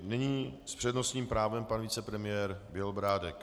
Nyní s přednostním právem pan vicepremiér Bělobrádek.